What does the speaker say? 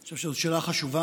אני חושב שזאת שאלה חשובה,